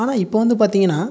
ஆனால் இப்போ வந்து பார்த்தீங்கன்னா